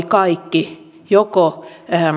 kaikki meidän kuultavamme suhtautuivat